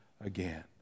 again